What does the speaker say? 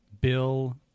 Bill